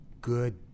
Good